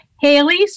Haley